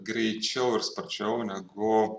greičiau ir sparčiau negu